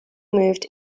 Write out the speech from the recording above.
moved